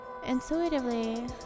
intuitively